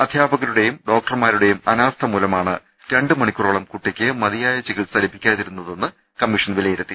അധ്യാ പകരുടെയും ഡോക്ടർമാരുടെയും അനാസ്ഥ മൂലമാണ് രണ്ട് മണിക്കൂറോളം കുട്ടിയ്ക്ക് മതിയായ ചികിത്സ് ലഭിക്കാതിരുന്ന തെന്ന് കമ്മീഷൻ വിലയിരുത്തി